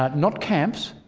not not camps,